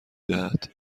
دهد